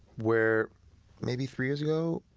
where maybe three years ago,